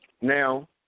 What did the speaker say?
Now